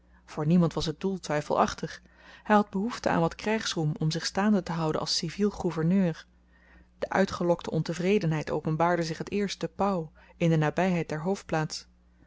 voor niemand was het doel twyfelachtig hy had behoefte aan wat krygsroem om zich staande te houden als civiel gouverneur de uitgelokte ontevredenheid openbaarde zich t eerst te pau in de nabyheid der hoofdplaats